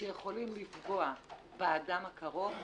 שיכולים לפגוע באדם הקרוב,